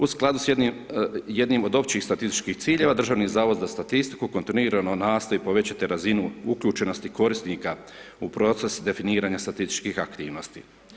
U skladu sa jednim od općih statističkih ciljeva Državni zavod za statistiku kontinuirano nastoji povećati razinu uključenosti korisnika u proces definiranja statističkih aktivnosti.